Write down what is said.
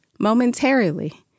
momentarily